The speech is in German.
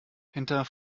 hinter